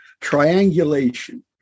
triangulation